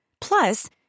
Plus